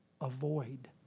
Avoid